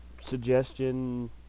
suggestion